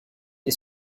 est